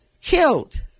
Killed